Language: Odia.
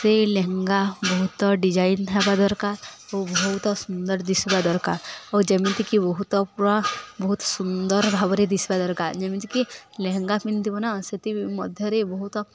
ସେଇ ଲେହେଙ୍ଗା ବହୁତ ଡିଜାଇନ୍ ହେବା ଦରକାର ଓ ବହୁତ ସୁନ୍ଦର ଦିଶିବା ଦରକାର ଓ ଯେମିତିକି ବହୁତ ପୁରା ବହୁତ ସୁନ୍ଦର ଭାବରେ ଦିଶିବା ଦରକାର ଯେମିତିକି ଲେହେଙ୍ଗା ପିନ୍ଧିବ ନା ସେତିି ମଧ୍ୟରେ ବହୁତ